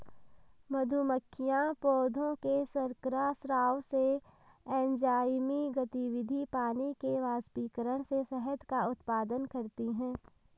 मधुमक्खियां पौधों के शर्करा स्राव से, एंजाइमी गतिविधि, पानी के वाष्पीकरण से शहद का उत्पादन करती हैं